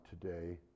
today